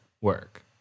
Work